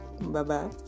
Bye-bye